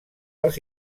als